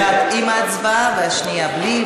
אחת עם ההצבעה והשנייה בלי,